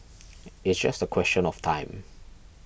it's just a question of time